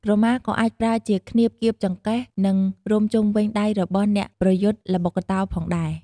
ក្រមាក៏អាចប្រើជាឃ្នៀបគៀបចង្កេះ និងរុំជុំវិញដៃរបស់អ្នកប្រយុទ្ធល្បុក្កតោផងដែរ។